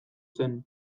zen